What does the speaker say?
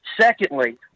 Secondly